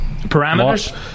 parameters